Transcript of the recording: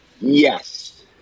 Yes